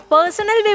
Personal